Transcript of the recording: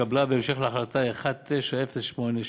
שהתקבלה בהמשך להחלטה מס' 1908,